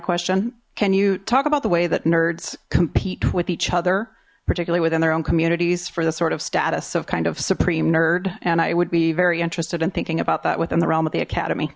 question can you talk about the way that nerds compete with each other particularly within their own communities for the sort of status of kind of supreme nerd and i would be very interested in thinking about that within the realm of the academy